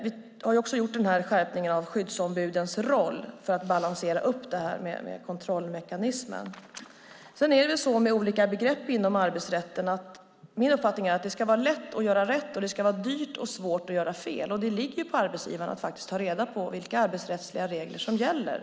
Vi har också gjort en skärpning av skyddsombudens roll, för att balansera upp detta med kontrollmekanismen. I fråga om olika begrepp inom arbetsrätten är min uppfattning att det ska vara lätt att göra rätt och att det ska vara dyrt och svårt att göra fel. Det ligger på arbetsgivaren att ta reda på vilka arbetsrättsliga regler som gäller.